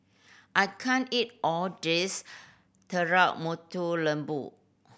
I can't eat all these Telur Mata Lembu